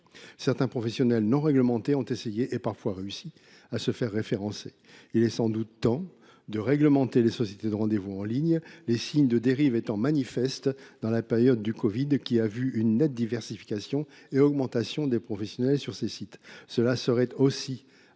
certains professionnels non réglementés ont essayé, et parfois réussi, à se faire référencer. Il est sans doute temps de réguler les sociétés de rendez vous en ligne, les signes de dérive étant manifestes depuis la période du covid 19, qui a vu une nette diversification et une augmentation du nombre de professionnels sur ces sites. Ce serait aussi